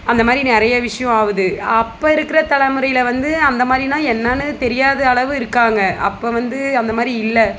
அந்தமாதிரி நிறைய விஷயம் ஆகுது அப்போ இருக்கிற தலைமுறையில் வந்து அந்தமாதிரினா என்னான்னு தெரியாத அளவு இருக்காங்க அப்போ வந்து அந்தமாதிரி இல்லை